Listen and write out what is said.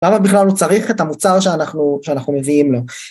למה בכלל הוא צריך את המוצר שאנחנו מביאים לו